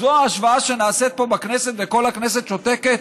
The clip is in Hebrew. זו ההשוואה שנעשית פה בכנסת וכל הכנסת שותקת?